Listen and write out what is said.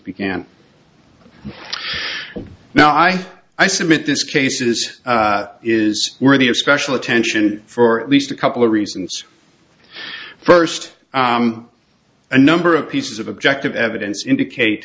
began now i i submit this cases is worthy of special attention for at least a couple reasons first a number of pieces of objective evidence indicate